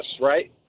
right